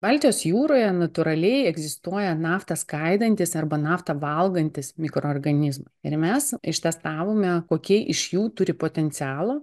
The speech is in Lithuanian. baltijos jūroje natūraliai egzistuoja naftą skaidantis arba naftą valgantys mikroorganizmai ir mes ištestavome kokie iš jų turi potencialo